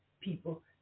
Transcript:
people